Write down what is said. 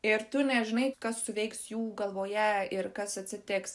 ir tu nežinai kas suveiks jų galvoje ir kas atsitiks